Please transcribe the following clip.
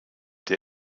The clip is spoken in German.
der